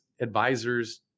advisors